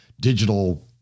digital